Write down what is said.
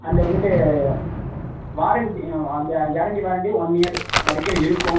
and வந்துவிட்டு warranty guarantee warranty one year வரைக்கும் இருக்கும்